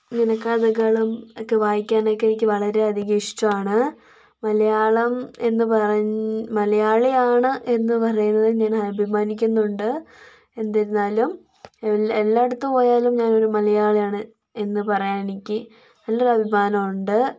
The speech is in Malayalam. പിന്നെ കഥകളും ഒക്കെ വായിക്കാനൊക്കെ എനിക്ക് വളരെയധികം ഇഷ്ട്ടമാണ് മലയാളം എന്ന് പറഞ് മലയാളിയാണ് എന്ന് പറയുന്നതിൽ ഞാൻ അഭിമാനിക്കുന്നുണ്ട് എന്തിരുന്നാലും എൽ എല്ലാടത് പോയാലും ഞാനൊരു മലയാളിയാണ് എന്ന് പറയാനെനിക്ക് നല്ലൊരഭിമാനമുണ്ട്